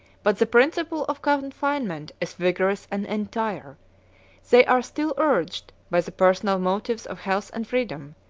but the principle of confinement is vigorous and entire they are still urged, by the personal motives of health and freedom,